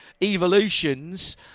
evolutions